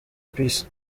peace